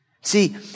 See